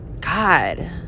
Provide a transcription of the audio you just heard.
God